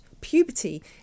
puberty